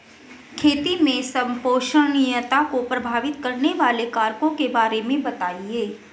खेती में संपोषणीयता को प्रभावित करने वाले कारकों के बारे में बताइये